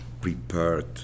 prepared